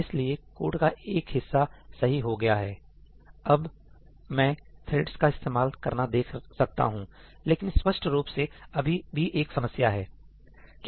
इसलिए कोड का एक हिस्सा सही हो गया ठीक है अब मैं थ्रेड्स का इस्तेमाल करना देख सकता हूं लेकिन स्पष्ट रूप से अभी भी एक समस्या है